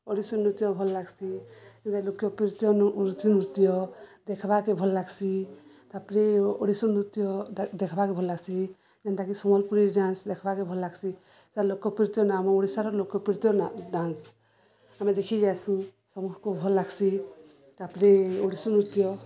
ଓଡ଼ିଶୀ ନୃତ୍ୟ ଭଲ ଲାଗ୍ସି ଯେନ୍ତା ଲୋକପ୍ରିୟ ନୃତ୍ୟ ଦେଖ୍ବାକେ ଭଲ୍ ଲାଗ୍ସି ତା'ପରେ ଓଡ଼ିଶୀ ନୃତ୍ୟ ଦେଖ୍ବାକେ ଭଲ୍ ଲାଗ୍ସି ଯେନ୍ତାକି ସମ୍ବଲପୁରୀ ଡାନ୍ସ ଦେଖ୍ବାକେ ଭଲ୍ ଲାଗ୍ସି ସେନ୍ତା ଲୋକପ୍ରିୟ ନାଚ ଆମ ଓଡ଼ିଶାର ଲୋକପ୍ରିୟ ଡାନ୍ସ ଆମେ ଦେଖିଯାଏସୁଁ ସମସ୍ତକୁ ଭଲ୍ ଲାଗ୍ସି ତା'ପରେ ଓଡ଼ିଶୀ ନୃତ୍ୟ